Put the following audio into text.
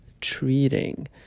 treating